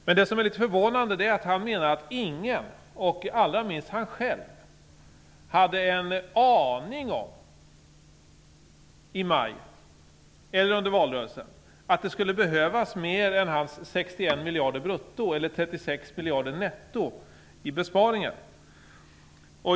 Men det är litet förvånande att han menar att ingen, och allra minst han själv, i maj eller under valrörelsen hade en aning om att det skulle behövas mer än hans 61 miljader brutto eller 36 miljader netto i besparingar.